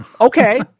okay